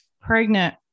pregnant